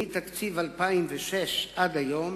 מתקציב 2006 ועד היום